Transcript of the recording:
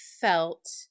felt